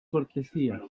cortesía